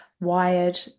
wired